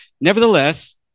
Nevertheless